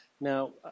Now